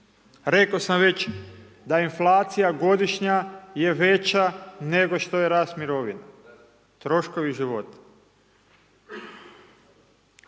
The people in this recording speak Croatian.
Rekao sam već da inflacija godišnja je veća nego što je rast mirovina, troškovi života.